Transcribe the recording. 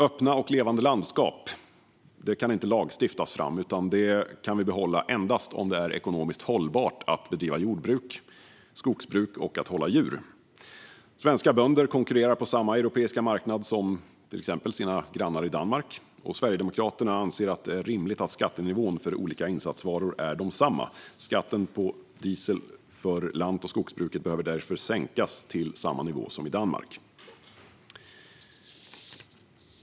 Öppna och levande landskap kan inte lagstiftas fram, utan det kan vi behålla endast om det är ekonomiskt hållbart att bedriva jordbruk, skogsbruk och att hålla djur. Svenska bönder konkurrerar på samma europeiska marknad som till exempel sina grannar i Danmark. Sverigedemokraterna anser att det är rimligt att skattenivån för olika insatsvaror är densamma. Skatten på diesel för lant och skogsbruket behöver därför sänkas till samma nivå som i Danmark.